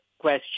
question